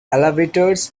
elevators